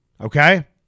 okay